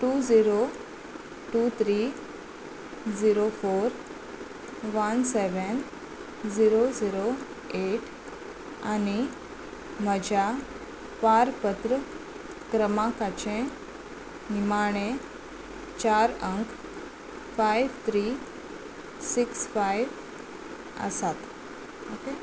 two zero two three zero four one seven zero zero eight आनी म्हज्या पारपत्र क्रमांकाचें निमाणें चार अंक फायव थ्री सिक्स फायव आसात ओके